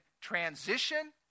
transition